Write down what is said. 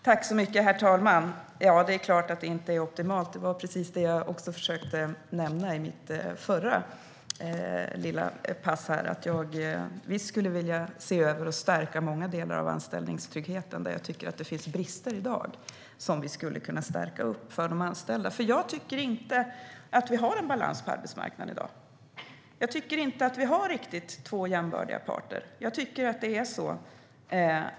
Herr talman! Det är klart att det inte är optimalt. Det var precis det jag försökte säga i mitt förra inlägg. Jag skulle vilja se över och stärka många delar av anställningstryggheten där jag tycker att det finns brister för de anställda. Jag tycker inte att vi har en balans på arbetsmarknaden i dag. Vi har inte två jämbördiga parter.